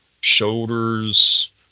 shoulders